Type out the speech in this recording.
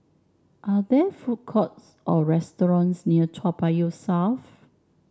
are there food courts or restaurants near Toa Payoh South